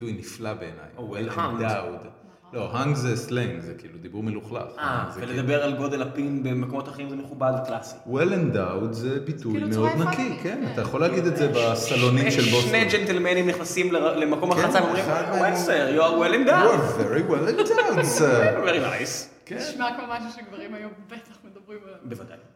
ביטוי נפלא בעיניי well endowed. או well hung. לא, hung זה סלנג, זה כאילו דיבור מלוכלך. אה, ולדבר על גודל הפין במקומות אחרים זה מכובד וקלאסי. well endowed זה ביטוי מאוד נקי. כן, אתה יכול להגיד את זה בסלונית של בוסטון. שני ג'נטלמנים נכנסים למקום הרחצה ואומרים: Well sir, you are well endowed. You are very well endowed, sir. Very nice. כן. נשמע כמו משהו שגברים היו בטח מדברים עליו. בוודאי.